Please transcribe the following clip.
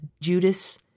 Judas